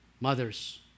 mothers